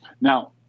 Now